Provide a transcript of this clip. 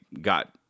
got